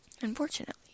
Unfortunately